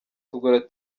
tugura